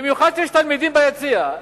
במיוחד כשיש תלמידים ביציע,